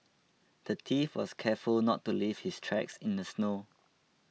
the thief was careful to not leave his tracks in the snow